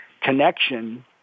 connection